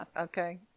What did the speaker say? Okay